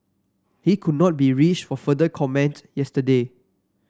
he could not be reached for further comment yesterday